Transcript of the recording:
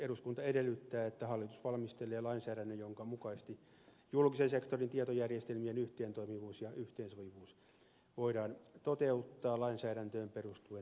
eduskunta edellyttää että hallitus valmistelee lainsäädännön jonka mukaisesti julkisen sektorin tietojärjestelmien yhteentoimivuus ja yhteensopivuus voidaan toteuttaa lainsäädäntöön perustuen viranomais tehtävänä